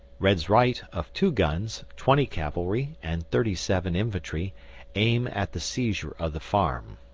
red's right, of two guns, twenty cavalry, and thirty seven infantry aim at the seizure of the farm.